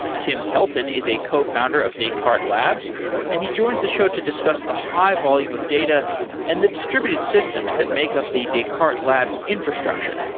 tim kelton is a co-founder of descartes labs and he joins the show to discuss the high volume of data and the distributed systems that make up the descartes labs infrastructure